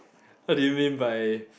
what do you mean by